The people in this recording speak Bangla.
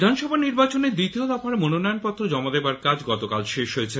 বিধানসভা নির্বাচনের দ্বিতীয় দফায় মনোনয়ন পত্র জমা দেবার কাজ গতকাল শেষ হয়েছে